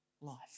life